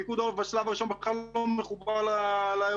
פיקוד העורף בשלב הראשון בכלל לא מחובר לאירוע,